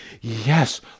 Yes